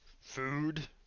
Food